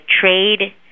trade